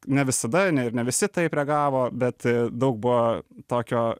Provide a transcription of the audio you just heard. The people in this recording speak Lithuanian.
ne visada ne ir ne visi taip reagavo bet daug buvo tokio